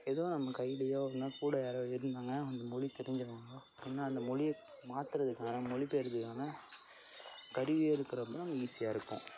ஏதோ நம்ம கைலியோ இல்லைனாக்கூட யாரோ இருந்தாங்க அந்த மொழி தெரிஞ்சவங்களோ இல்லைனா அந்த மொழியை மாற்றுறதுக்கான மொழிபெயர்த்துக்கான கருவியாக இருக்கிறது தான் ஈஸியாக இருக்கும்